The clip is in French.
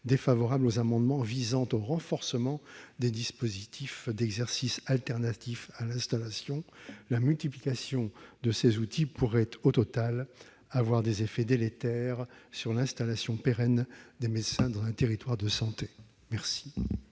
défavorables aux amendements visant au renforcement des dispositifs d'exercice alternatif à l'installation : la multiplication de ces outils pourrait au total avoir des effets délétères sur l'installation pérenne de médecins dans un territoire de santé. La